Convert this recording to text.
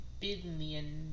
billion